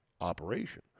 operation